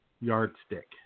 Yardstick